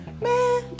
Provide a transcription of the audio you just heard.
man